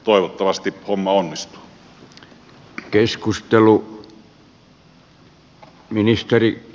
toivottavasti homma onnistuu